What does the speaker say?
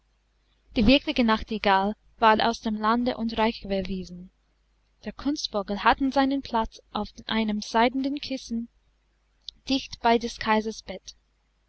die wirkliche nachtigall ward aus dem lande und reiche verwiesen der kunstvogel hatte seinen platz auf einem seidenen kissen dicht bei des kaisers bett